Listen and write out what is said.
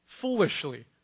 foolishly